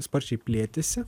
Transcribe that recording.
sparčiai plėtėsi